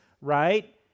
right